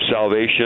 salvation